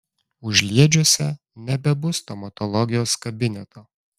užliedžiuose nebebus stomatologijos kabineto